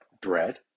bread